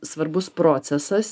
svarbus procesas